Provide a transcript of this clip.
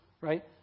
right